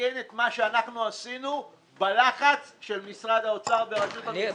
לתקן את מה שאנחנו עשינו בלחץ של משרד האוצר ורשות המסים.